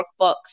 workbooks